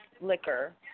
liquor